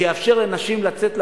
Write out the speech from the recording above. זה יאפשר לנשים לצאת לעבודה,